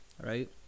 right